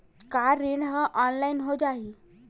का ऋण ह ऑनलाइन हो जाही?